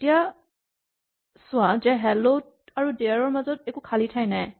এতিয়া চোৱা যে হেল্ল আৰু ডেয়াৰ ৰ মাজত খালী ঠাই নাই